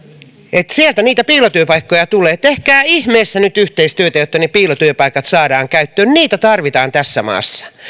sieltä niitä piilotyöpaikkoja tulee tehkää ihmeessä nyt yhteistyötä että ne piilotyöpaikat saadaan käyttöön niitä tarvitaan tässä maassa